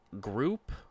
group